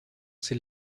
ses